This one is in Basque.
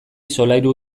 solairu